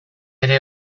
ere